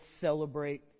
celebrate